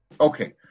okay